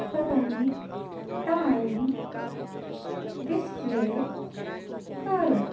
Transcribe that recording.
current time display کرو